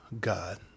God